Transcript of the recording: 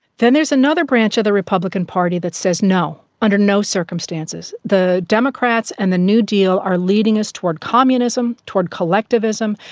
then there's another branch of the republican party that says no, under no circumstances. the democrats and the new deal are leading us towards communism, towards collectivism,